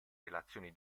relazioni